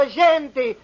gente